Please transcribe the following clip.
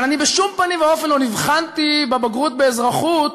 אבל אני בשום פנים ואופן לא נבחנתי בבגרות באזרחות